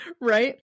right